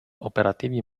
operativi